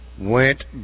Went